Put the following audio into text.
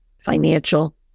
financial